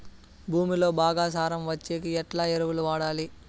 భూమిలో బాగా సారం వచ్చేకి ఎట్లా ఎరువులు వాడాలి?